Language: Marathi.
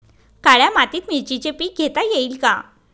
काळ्या मातीत मिरचीचे पीक घेता येईल का?